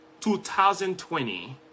2020